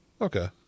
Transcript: Okay